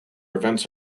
events